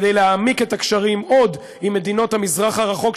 כדי להעמיק את הקשרים עוד עם מדינות במזרח הרחוק,